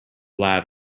lab